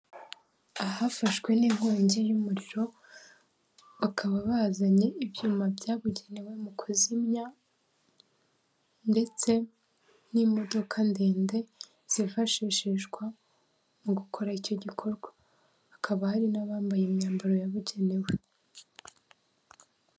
Ahafashwe n'inkongi y'umuriro bakaba bazanye ibyuma byabugenewe mu kuzimya ndetse n'imodoka ndende zifashishishwa mu gukora icyo gikorwa, hakaba hari n'abambaye imyambaro yabugenewe.